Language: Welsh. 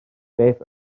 beth